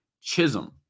Chisholm